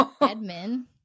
Edmund